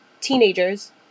teenagers